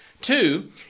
Two